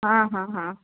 हाँ हाँ हाँ